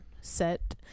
set